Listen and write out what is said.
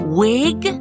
wig